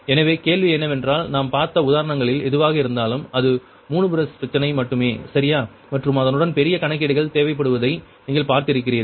எனவே கேள்வி என்னவென்றால் நாம் பார்த்த உதாரணங்களில் எதுவாக இருந்தாலும் அது 3 பஸ் பிரச்சனை மட்டுமே சரியா மற்றும் அதனுடன் பெரிய கணக்கீடுகள் தேவைப்படுவதை நீங்கள் பார்த்திருக்கிறீர்கள்